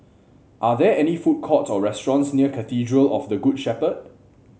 are there any food courts or restaurants near Cathedral of the Good Shepherd